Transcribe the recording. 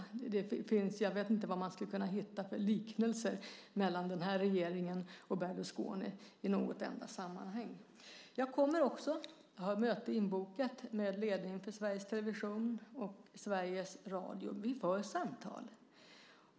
Jag vet inte vilka likheter man i något enda sammanhang skulle kunna hitta när det gäller den här regeringen och Berlusconi. Jag har ett möte inbokat med ledningen för Sveriges Television och Sveriges Radio. Vi för samtal.